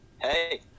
hey